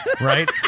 right